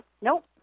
Nope